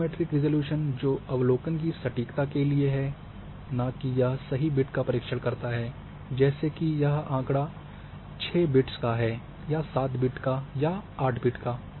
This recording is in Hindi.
रेडियो मैट्रिक रिज़ॉल्यूशन जो अवलोकन की सटीकता के लिए है नाकि यह सही बिट का परीक्षण करता है जैसे की यह आँकड़ा 6 बिट्स का है या 7 बिट का या 8 बिट का